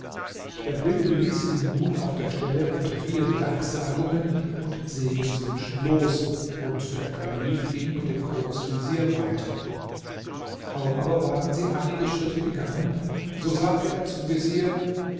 der blinde ließ ihn nun auf der stelle unter vielen danksagungen und segenswünschen los und der kalif ging mit dem großvezier weiter kaum aber waren sie einige schritte gegangen so sagte er zum vezier